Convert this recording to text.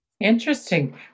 Interesting